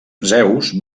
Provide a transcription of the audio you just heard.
zeus